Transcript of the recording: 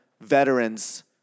veterans